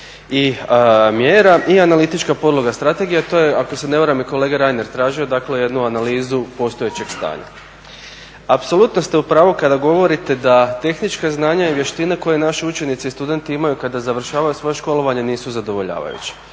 i mjera i analitička podloga strategije a to je ako se ne varam i kolega Reiner tražio dakle jednu analizu postojećeg stanja. Apsolutno ste u pravu kada govorite da tehnička znanja i vještine koje naši učenici i studenti imaju kada završavaju svoje školovanje nisu zadovoljavajući.